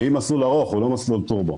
שהיא מסלול ארוך, הוא לא מסלול טורבו.